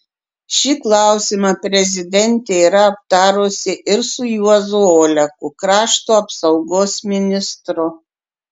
šį klausimą prezidentė yra aptarusi ir su juozu oleku krašto apsaugos ministru